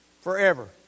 forever